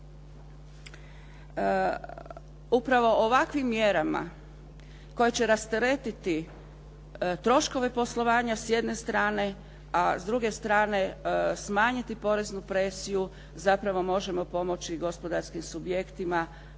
upravo ovakvim mjerama koje će rasteretiti troškove poslovanja s jedne strane a s druge strane smanjiti poreznu presiju zapravo možemo pomoći gospodarskim subjektima